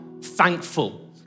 thankful